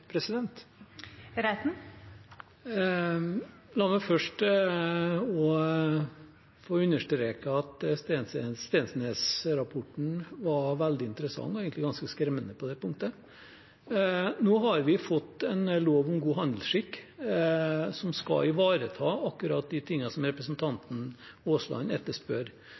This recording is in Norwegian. La meg først få understreke at Steensnæs-rapporten var veldig interessant og egentlig ganske skremmende på det punktet. Nå har vi fått en lov om god handelsskikk, som skal ivareta akkurat de tingene representanten Aasland etterspør: